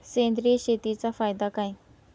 सेंद्रिय शेतीचा फायदा काय?